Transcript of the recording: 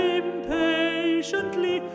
impatiently